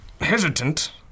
hesitant